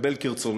מקבל כרצונו.